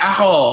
Ako